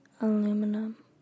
aluminum